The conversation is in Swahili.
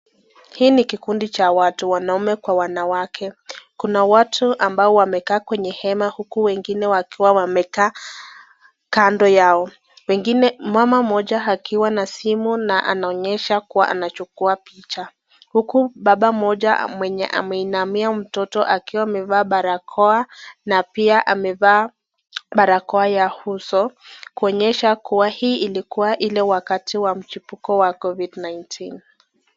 Hii ni kikundi cha watu wanaume kwa wanawake. Kuna watu ambao wamekaa kwenye hema uku wengine wakiwea wamekaa kando yao. Mama moja akiwa na simu na anaonyesha kuwa anachukuwa picha, uku baba moja mwenye ameinamia mtoto akiwa amevaa barakoa na pia amevaa barakoa ya uso kuonyesha kuwa hii ilikuwa ile wakati mchipukizi wa Covid-19.